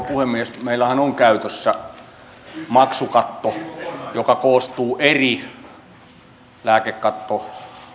puhemies meillähän on käytössä maksukatto joka koostuu eri osista meillä on lääkekatto